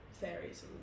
fairies